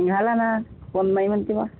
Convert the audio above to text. घाला ना कोण नाही म्हणते बुवा